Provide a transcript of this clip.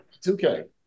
2K